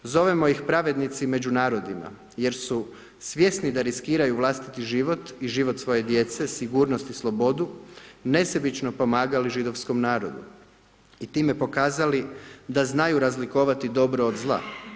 Zovemo ih pravednici među narodima jer su svjesni da riskiraju vlastiti život i život svoje djece, sigurnost i slobodu, nesebično pomagali židovskom narodu i time pokazali da znaju razlikovati dobro od zla.